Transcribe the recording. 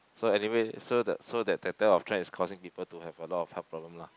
so anyway so that so that that type of trend is causing people to have a lot of health problem lah